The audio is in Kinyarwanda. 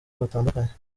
batandukanye